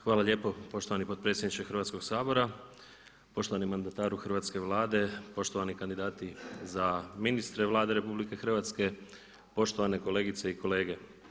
Hvala lijepo poštovani potpredsjedniče Hrvatskoga sabora, poštovani mandataru hrvatske Vlade, poštovani kandidati za ministre Vlade RH, poštovane kolegice i kolege.